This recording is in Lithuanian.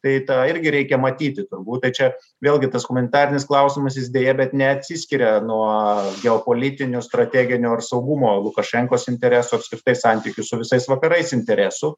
tai tą irgi reikia matyti turbūt tai čia vėlgi tas humanitarinis klausimas jis deja bet neatsiskiria nuo geopolitinių strateginių ar saugumo lukašenkos interesų apskritai santykių su visais vakarais interesų